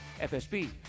FSB